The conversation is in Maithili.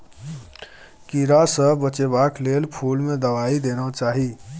कीड़ा सँ बचेबाक लेल फुल में दवाई देना चाही